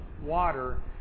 water